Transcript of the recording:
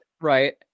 Right